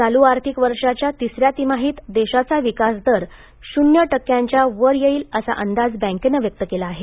चालू आर्थिक वर्षाच्या तिसऱ्या तिमाहीत देशाचा विकास दर शून्य टक्क्यांच्या वर येईल असा अंदाज बँकेनं व्यक्त केला आहे